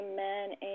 amen